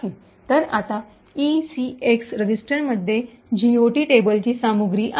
तर आता ईसीएक्स रजिस्टरमध्ये जीओटी टेबलची सामग्री आहे